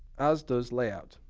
as does layout.